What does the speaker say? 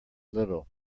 little